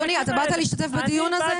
אדוני, אתה באת להשתתף בדיון הזה?